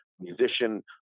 musician